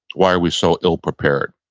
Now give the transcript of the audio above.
why are we so ill prepared?